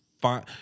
fine